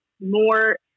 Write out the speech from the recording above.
more